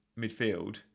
midfield